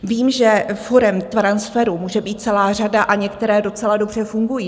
Vím, že forem transferu může být celá řada a některé docela dobře fungují.